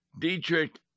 Dietrich